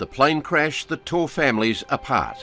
the plane crash the two families a pot